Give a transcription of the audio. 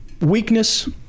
weakness